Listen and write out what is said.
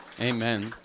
Amen